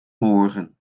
morgen